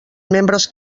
membres